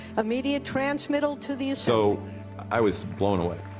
immediate transmittal to the. so i was blown away.